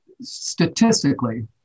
statistically